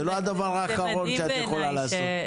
זה לא הדבר האחרון שאת יכולה לעשות.